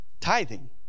Tithing